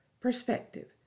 perspective